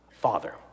Father